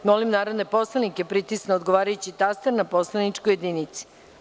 Molim narodne poslanike da pritisnu odgovarajući taster na poslaničkoj jedinici.